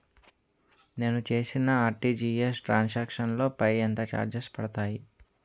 నేను చేసిన RTGS transaction లో పై ఎంత చార్జెస్ పడతాయి?